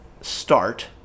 start